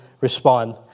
respond